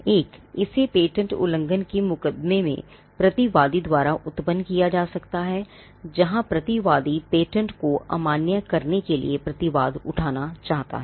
एक इसे पेटेंट उल्लंघन के मुकदमे में प्रतिवादी द्वारा उत्पन्न किया जा सकता है जहां प्रतिवादी पेटेंट को अमान्य करने के लिए प्रतिवाद उठाना चाहता है